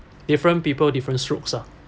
different people different strokes ah